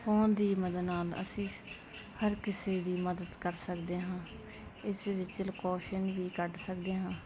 phone ਦੀ ਮਦਦ ਨਾਲ ਅਸੀਂ ਸ ਹਰ ਕਿਸੇ ਦੀ ਮਦਦ ਕਰ ਸਕਦੇ ਹਾਂ ਇਸ ਵਿੱਚ ਲਕੋਸ਼ਨ ਵੀ ਕੱਢ ਸਕਦੇ ਹਾਂ